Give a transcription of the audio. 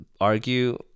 argue